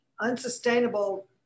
unsustainable